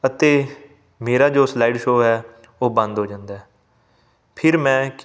ਅਤੇ ਮੇਰਾ ਜੋ ਸਲਾਈਡ ਸ਼ੋ ਹੈ ਉਹ ਬੰਦ ਹੋ ਜਾਂਦਾ ਹੈ ਫਿਰ ਮੈਂ